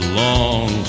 long